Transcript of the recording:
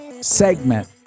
segment